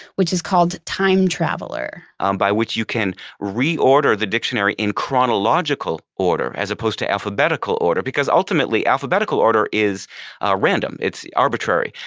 which is called time traveler, um by which you can reorder reorder the dictionary in chronological order, as opposed to alphabetical order, because, ultimately, alphabetical order is ah random. it's arbitrary.